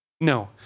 No